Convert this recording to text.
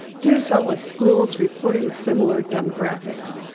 do so with schools reporting similar demographics.